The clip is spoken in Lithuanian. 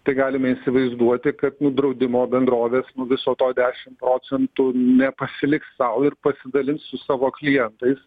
tai galime įsivaizduoti kad nu draudimo bendrovės nuo viso to dešimt procentų ne pasiliks sau ir pasidalins su savo klientais